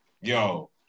Yo